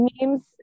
memes